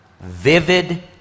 vivid